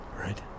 right